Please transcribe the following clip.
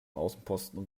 außenposten